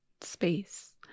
space